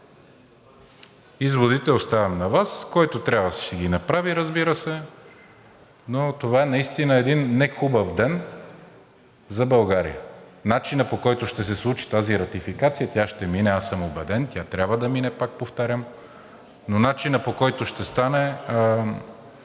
Изводите оставям на Вас – който трябва, ще си ги направи, разбира се, но това наистина е един нехубав ден за България. Начинът, по който ще се случи тази ратификация, тя ще мине, аз съм убеден, тя трябва да мине, пак повтарям, но начинът, по който ще стане,